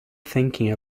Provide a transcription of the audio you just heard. thinking